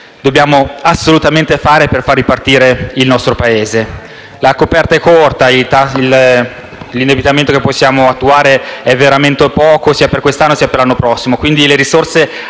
dobbiamo assolutamente mettere in campo per far ripartire il nostro Paese. La coperta è corta, l'indebitamento che possiamo attuare è veramente poco sia per quest'anno, sia per l'anno prossimo,